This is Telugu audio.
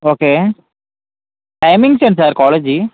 ఓకే టైమింగ్స్ ఏంటి సార్ కాలేజీ